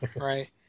Right